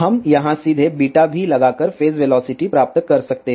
हम यहाँ सीधे β भी लगाकर फेज वेलोसिटी प्राप्त कर सकते हैं